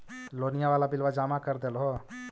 लोनिया वाला बिलवा जामा कर देलहो?